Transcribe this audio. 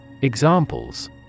Examples